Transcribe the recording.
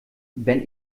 wenn